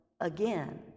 again